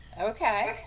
Okay